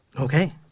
Okay